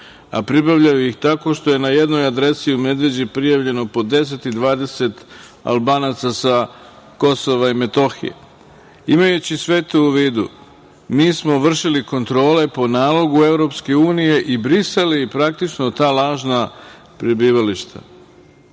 a pribavljaju ih tako što je na jednoj adresi u Medveđi prijavljeno po deset i dvadeset Albanaca sa KiM.Imajući sve to u vidu, mi smo vršili kontrole po nalogu Evropske unije i brisali praktično ta lažna prebivališta.